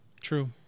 true